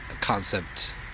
concept